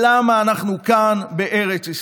למה אנחנו כאן בארץ ישראל.